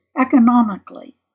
economically